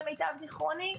למיטב זיכרוני,